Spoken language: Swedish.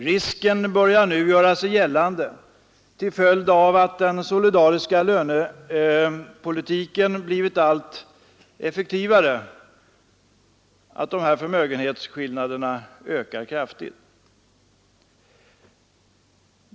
Risken börjar nu göra sig gällande — till följd av att den solidariska lönepolitiken blivit allt effektivare — att de här förmögenhetsskillnaderna ökar kraftigt.